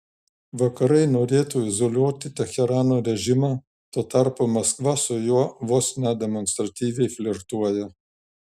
vakarai norėtų izoliuoti teherano režimą tuo tarpu maskva su juo vos ne demonstratyviai flirtuoja